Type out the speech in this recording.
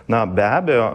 na be abejo